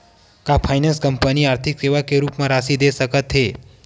का finance company आर्थिक सेवा के रूप म राशि दे सकत हे?